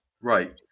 Right